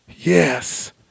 yes